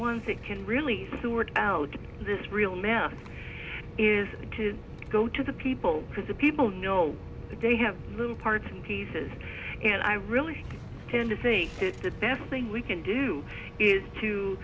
ones that can really sort out this real mess is to go to the people because the people know that they have little parts and pieces and i really tend to think that the best thing we can do is to